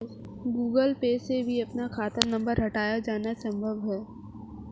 Google Pay से अपना खाता नंबर हटाया जाना भी संभव है